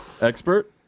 Expert